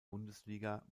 bundesliga